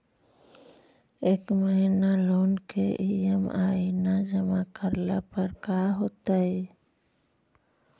एक महिना लोन के ई.एम.आई न जमा करला पर का होतइ?